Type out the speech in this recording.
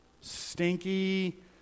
Stinky